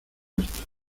esto